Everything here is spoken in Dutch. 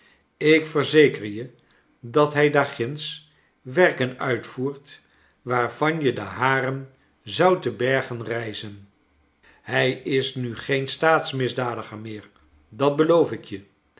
ik verzeker je dat hij daar ginds werken uitvoert waarvan je de haren zouden te berge rijzen hij is nu geen staatsmisdadiger meer dat beloof ik je